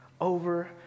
over